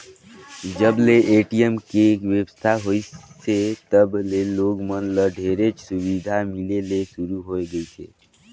जब ले ए.टी.एम के बेवस्था होइसे तब ले लोग मन ल ढेरेच सुबिधा मिले ले सुरू होए गइसे